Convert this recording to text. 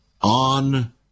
on